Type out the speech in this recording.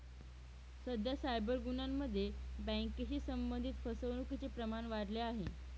सध्या सायबर गुन्ह्यांमध्ये बँकेशी संबंधित फसवणुकीचे प्रमाण वाढले आहे